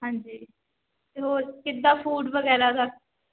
ਹਾਂਜੀ ਅਤੇ ਹੋਰ ਕਿੱਦਾਂ ਫੂਡ ਵਗੈਰਾ ਦਾ